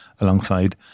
alongside